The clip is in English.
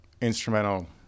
instrumental